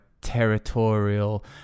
territorial